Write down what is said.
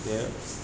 કે